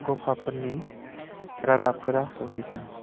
गफाफोरनि रादाबफोरा सौहैगोन